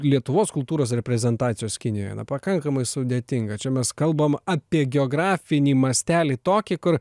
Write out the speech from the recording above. lietuvos kultūros reprezentacijos kinijoje na pakankamai sudėtinga čia mes kalbam apie geografinį mastelį tokį kur